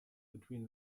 between